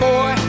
Boy